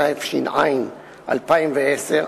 התש"ע 2010,